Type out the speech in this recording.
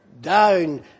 down